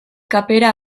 kapera